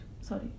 sorry